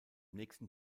nächsten